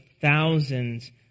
thousands